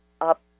up